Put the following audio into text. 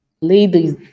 ladies